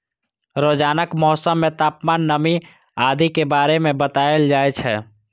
रोजानाक मौसम मे तापमान, नमी आदि के बारे मे बताएल जाए छै